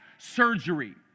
surgery